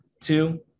two